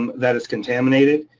that it's contaminated,